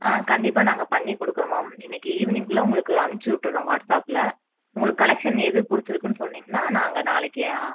ஆ கண்டிப்பாக நாங்கள் பண்ணிக் கொடுக்குறோம் மேம் இன்றைக்கி ஈவினிங்க்குள்ள உங்களுக்கு அனுப்பிச்சிவுட்டுறோம் வாட்ஸ்ஆப்பில் உங்களுக்கு கலெக்ஷன் எது பிடிச்சிருக்குனு சொன்னீங்கன்னா நாங்கள் நாளைக்கு